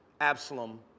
Absalom